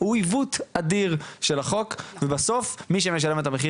הוא עיוות אדיר של החוק ובסופו של דבר מי שמשלם את המחיר